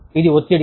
ఇది ఒత్తిడి